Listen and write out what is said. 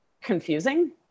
confusing